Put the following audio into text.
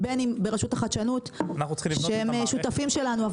בין אם ברשות החדשנות שהם שותפים שלנו,